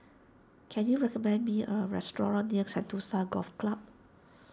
can you recommend me a restaurant near Sentosa Golf Club